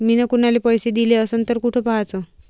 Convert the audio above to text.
मिन कुनाले पैसे दिले असन तर कुठ पाहाचं?